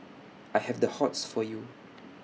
I have the hots for you